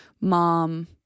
mom